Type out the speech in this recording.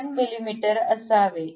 1 मिमी असावे